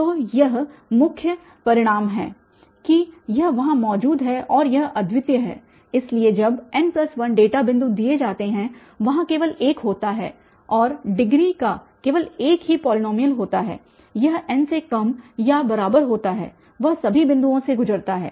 तो यह मुख्य परिणाम है कि यह वहाँ मौजूद है और यह अद्वितीय है इसलिए जब n 1 डेटा बिन्दु दिए जाते हैं वहाँ केवल एक होता है और डिग्री का केवल एक ही पॉलीनॉमियल होता है यह n से कम या बराबर होता है वह सभी बिंदुओं से गुजरता है